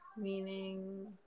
meaning